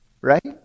right